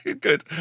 Good